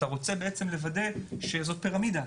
אתה רוצה לוודא שזו פירמידה.